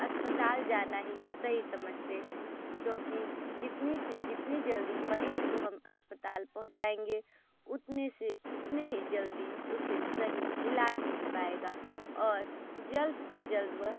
अस्पताल जाना ही सही समझते हैं क्योंकि जितनी से जितनी जल्दी मरीज को हम अस्पताल पहुंचाएंगे उतने से उतने ही जल्दी उसे सही इलाज मिल पाएगा और जल्द से जल्द वह